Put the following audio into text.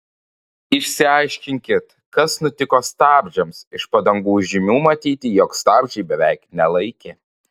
išsiaiškinkit kas nutiko stabdžiams iš padangų žymių matyti jog stabdžiai beveik nelaikė